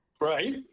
Right